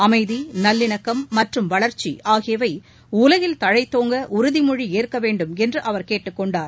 அமைதி நல்லிணக்கம் மற்றும் வளர்ச்சி ஆகியவை உலகில் தழைத்தோங்க உறுதி மொழி ஏற்க வேண்டும் என்று அவர் கேட்டுக்கொண்டார்